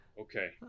Okay